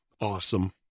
Awesome